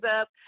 up